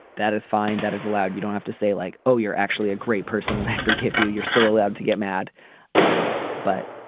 that is fine. that is allowed. you don't have to say like oh you're actually a great person and i forgive you you're still allowed to get mad but